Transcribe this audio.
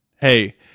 Hey